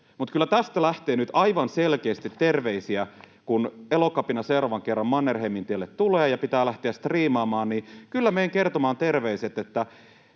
tästä lähtee nyt aivan selkeästi terveisiä: kun Elokapina seuraavan kerran Mannerheimintielle tulee ja pitää lähteä striimaamaan, niin kyllä menen kertomaan terveiset,